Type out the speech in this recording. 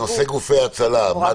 נושא גופי הצלה,